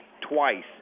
twice